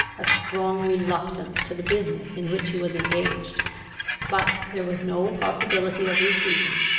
a strong reluctance to the business in which he was engaged but there was no possibility of retreating.